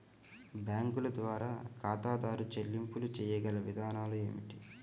బ్యాంకుల ద్వారా ఖాతాదారు చెల్లింపులు చేయగల విధానాలు ఏమిటి?